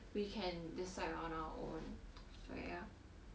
we can decide on our own so ya